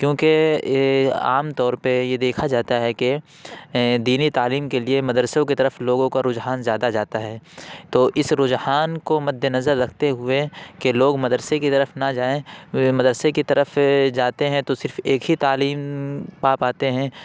کیونکہ عام طور پہ یہ دیکھا جاتا ہے کہ دینی تعلیم کے لیے مدرسوں کی طرف لوگوں کا رجحان زیادہ جاتا ہے تو اس رجحان کو مد نظر رکھتے ہوئے کہ لوگ مدرسے کی طرف نہ جائیں وہ مدرسے کی طرف جاتے ہیں تو صرف ایک ہی تعلیم پا پاتے ہیں